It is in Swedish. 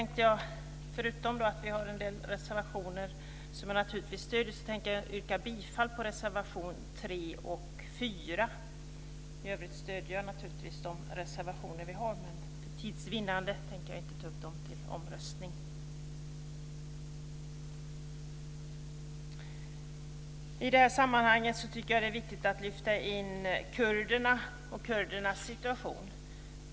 Förutom att vi har en del reservationer som jag naturligtvis stöder tänker jag yrka bifall till reservationerna 3 och 4. I övrigt stöder jag naturligtvis de reservationer vi har, men för tids vinnande tänker jag inte ta upp dem till omröstning. I detta sammanhang tycker jag att det är viktigt att lyfta in kurderna och kurdernas situation.